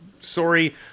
sorry